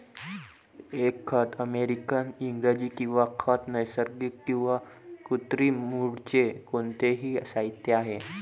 एक खत अमेरिकन इंग्रजी किंवा खत नैसर्गिक किंवा कृत्रिम मूळचे कोणतेही साहित्य आहे